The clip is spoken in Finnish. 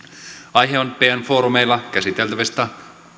aihe on pn foorumeilla käsiteltävistä